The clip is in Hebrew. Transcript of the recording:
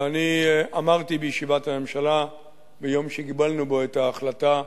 ואני אמרתי בישיבת הממשלה ביום שקיבלנו בו את ההחלטה,